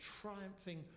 triumphing